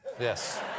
Yes